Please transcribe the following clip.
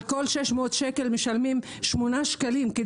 על כל 600 שקל משלמים שמונה שקלים.